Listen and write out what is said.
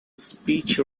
speech